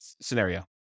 scenario